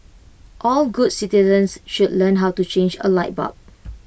all good citizens should learn how to change A light bulb